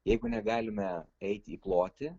jeigu negalime eiti į plotį